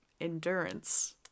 endurance